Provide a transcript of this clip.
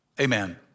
amen